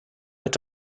mit